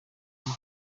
hari